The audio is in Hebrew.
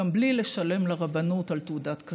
ואני מניח שימשיכו לרצות ולבוא.